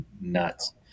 nuts